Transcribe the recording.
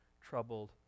troubled